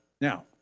Now